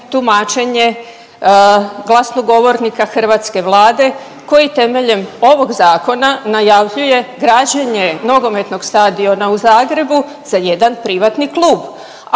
tumačenje glasnogovornika hrvatske vlade koji temeljem ovog zakona najavljuje građenje nogometnog stadiona u Zagrebu za jedan privatni klub,